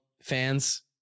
fans